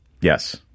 Yes